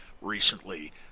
recently